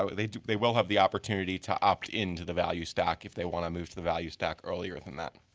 um they they will have the opportunity to opt into the value stack if they want to move into the value stack earlier than that.